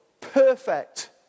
perfect